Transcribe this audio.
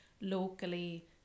locally